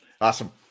Awesome